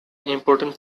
important